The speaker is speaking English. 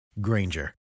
Granger